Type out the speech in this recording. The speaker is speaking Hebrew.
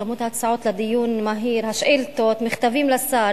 כמות ההצעות לדיון מהיר, השאילתות, מכתבים לשר